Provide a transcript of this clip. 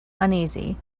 uneasy